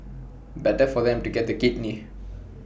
better for them to get the kidney